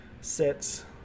sets